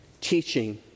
teaching